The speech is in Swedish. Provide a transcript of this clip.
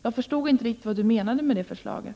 Jag förstod inte riktigt vad hon menade med det förslaget.